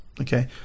okay